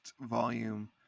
volume